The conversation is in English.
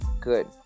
good